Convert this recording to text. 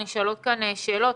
נשאלו כאן שאלות,